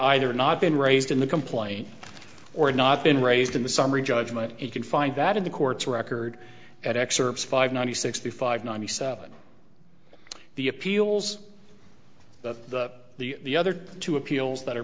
either not been raised in the complaint or not been raised in the summary judgment they can find that in the court's record at excerpts five hundred sixty five ninety seven the appeals but the the the other two appeals that